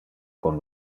con